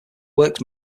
works